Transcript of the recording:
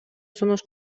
сунуш